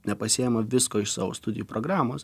nepasiima visko iš savo studijų programos